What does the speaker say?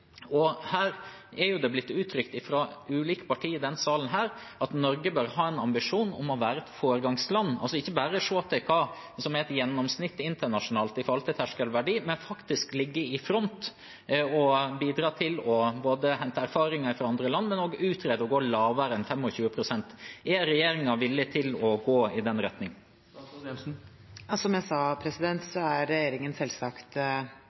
å være et foregangsland og ikke bare se til hva som er et gjennomsnitt internasjonalt for terskelverdi, men faktisk ligge i front og bidra til å hente erfaring fra andre land og å utrede det å gå lavere enn 25 pst. Er regjeringen villig til å gå i den retningen? Som jeg sa, er regjeringen selvsagt